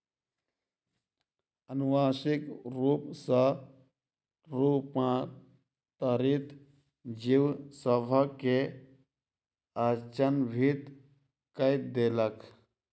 अनुवांशिक रूप सॅ रूपांतरित जीव सभ के अचंभित कय देलक